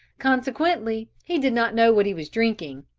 consequently he did not know what he was drinking.